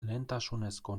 lehentasunezko